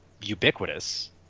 ubiquitous